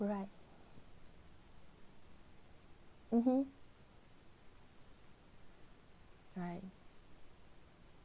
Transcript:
right mmhmm right